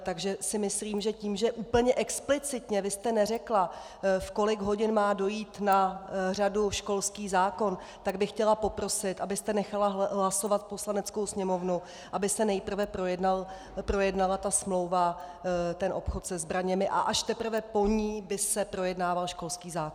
Takže si myslím, že tím, že úplně explicitně vy jste neřekla, v kolik hodin má přijít na řadu školský zákon, tak bych chtěla poprosit, abyste nechala hlasovat Poslaneckou sněmovnu, aby se nejprve projednala ta smlouva, ten obchod se zbraněmi, a až teprve po ní by se projednával školský zákon.